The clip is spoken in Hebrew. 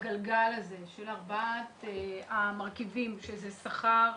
בגלגל הזה יש ארבעה מרכיבים: שכר,